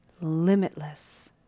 limitless